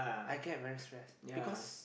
I get very stress because